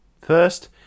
First